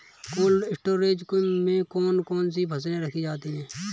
Cold storage में कौन कौन सी फसलें रखी जाती हैं?